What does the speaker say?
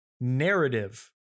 narrative